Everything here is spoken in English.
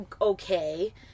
okay